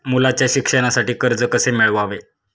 मुलाच्या शिक्षणासाठी कर्ज कसे मिळवावे?